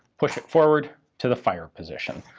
push it forward to the fire position.